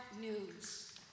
news